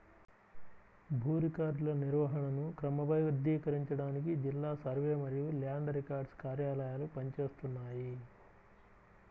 భూ రికార్డుల నిర్వహణను క్రమబద్ధీకరించడానికి జిల్లా సర్వే మరియు ల్యాండ్ రికార్డ్స్ కార్యాలయాలు పని చేస్తున్నాయి